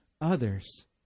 others